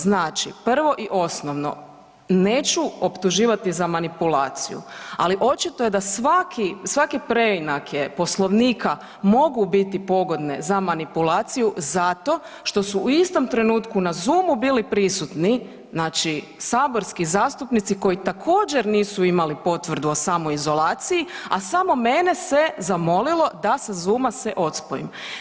Znači, prvo i osnovno neću optuživati za manipulaciju, ali očito je da svaki, svake preinake Poslovnike mogu biti pogodne za manipulaciju zato što su u istom trenutku na zoomu bili prisutni znači saborski zastupnici koji također nisu imali potvrdu o samoizolaciji, a samo mene se zamolilo da sa zooma se odspojim.